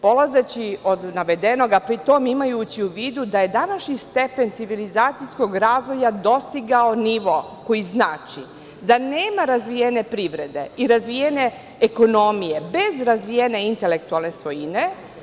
Polazeći od navedenog, a pri tom imajući u vidu da je današnji stepen civilizacijskog razvoja dostigao nivo koji znači da nema razvijene privrede i razvijene ekonomije bez razvijene intelektualne svojine.